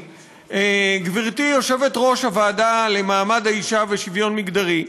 גברתי יושבת-ראש הוועדה למעמד האישה ולשוויון מגדרי,